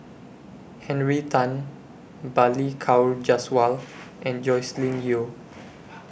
Henry Tan Balli Kaur Jaswal and Joscelin Yeo